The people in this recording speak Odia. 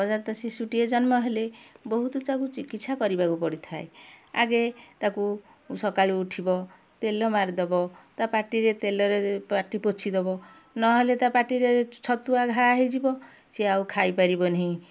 ନବଜାତ ଶିଶୁଟିଏ ଜନ୍ମ ହେଲେ ବହୁତ ଚାକୁ ଚିକିତ୍ସା କରିବାକୁ ପଡ଼ିଥାଏ ଆଗେ ତାକୁ ସକାଳୁ ଉଠିବ ତେଲ ମାରିଦେବ ତା ପାଟିରେ ତେଲରେ ପାଟି ପୋଛି ଦେବ ନ'ହେଲେ ତା ପାଟିରେ ଛତୁଆ ଘା' ହେଇଯିବ ସିଏ ଆଉ ଖାଇପାରିବନାହିଁ